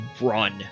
run